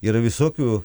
yra visokių